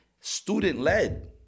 student-led